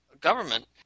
government